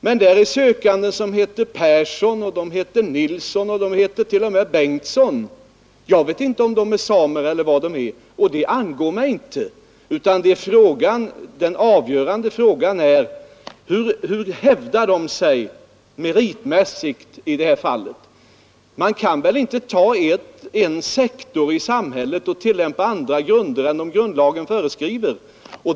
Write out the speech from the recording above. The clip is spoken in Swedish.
Det finns sökande som heter Persson, Nilsson och t.o.m. Bengtsson, men jag vet inte om de är samer och det angår mig inte. Den avgörande frågan är: Hur hävdar de sig meritmässigt i det här fallet? Man kan väl inte på en sektor i samhället tillämpa andra grunder än som grundlagen föreskriver.